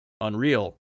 Unreal